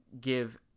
give